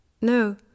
No